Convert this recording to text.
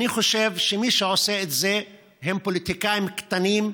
אני חושב שמי שעושים את זה הם פוליטיקאים קטנים,